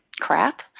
crap